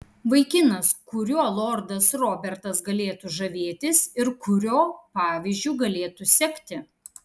vaikinas kuriuo lordas robertas galėtų žavėtis ir kurio pavyzdžiu galėtų sekti